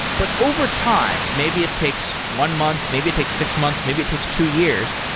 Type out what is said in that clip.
but overtime, maybe it takes one month. maybe it takes six months. maybe it takes two years.